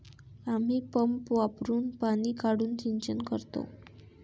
आम्ही पंप वापरुन पाणी काढून सिंचन करतो